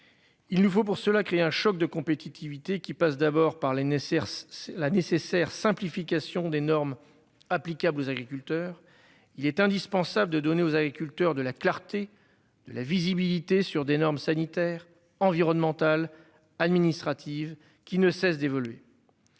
Il nous faut pour cela crée un choc de compétitivité qui passe d'abord par l'aîné CERS c'est la nécessaire simplification des normes applicables aux agriculteurs. Il est indispensable de donner aux agriculteurs de la clarté de la visibilité sur des normes sanitaires, environnementales administratives qui ne cessent d'évoluer.